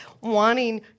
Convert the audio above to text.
wanting